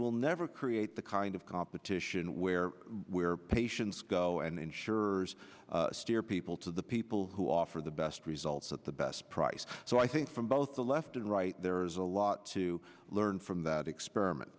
will never create the kind of competition where where patients go and insurers steer people to the people who offer the best results at the best price so i think from both the left and right there is a lot to learn from that